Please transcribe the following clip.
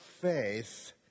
faith